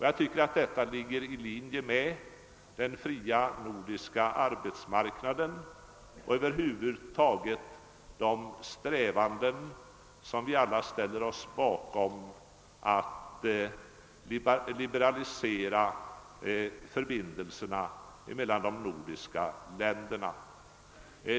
Jag tycker att detta ligger i linje med den fria nordiska arbetsmarknaden och över huvud taget strävandena att liberalisera förbindelserna mellan de nordiska länderna, strävanden som vi alla står bakom.